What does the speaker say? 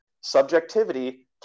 subjectivity